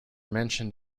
mentioned